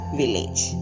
village